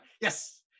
Yes